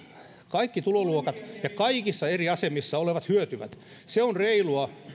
kaikki tuloluokat ja kaikissa eri asemissa olevat hyötyvät se on reilua